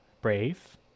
brave